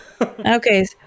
Okay